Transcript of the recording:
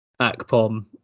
Akpom